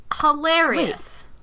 hilarious